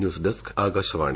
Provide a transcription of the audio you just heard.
news desk Akashvani